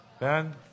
Ben